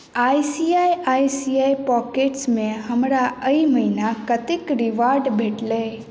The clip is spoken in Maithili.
I C I I C I पॉकेट्समे हमरा एहि महिना कतेक रिवार्ड भेटलै